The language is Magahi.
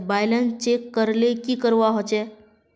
बैलेंस चेक करले की करवा होचे?